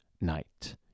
night